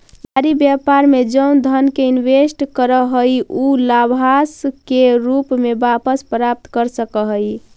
व्यापारी व्यापार में जउन धन के इनवेस्ट करऽ हई उ लाभांश के रूप में वापस प्राप्त कर सकऽ हई